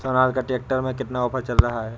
Sonalika tractor में कितना offer चल रहा है?